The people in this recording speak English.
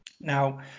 Now